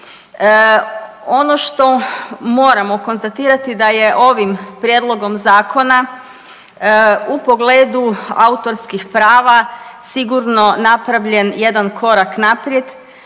Ono što moramo konstatirati da je ovim prijedlogom zakona u pogledu autorskih prava sigurno napravljen jedna korak naprijed